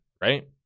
right